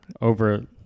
over